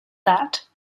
that